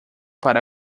para